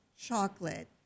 chocolate